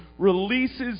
releases